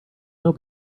now